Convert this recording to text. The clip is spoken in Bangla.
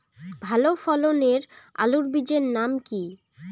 ভালো ফলনের আলুর বীজের নাম কি?